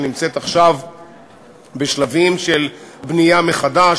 שנמצאת עכשיו בשלבים של בנייה מחדש,